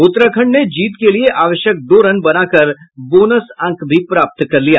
उत्तराखण्ड ने जीत के लिये आवश्यक दो रन बनाकर बोनस अंक भी प्राप्त कर लिया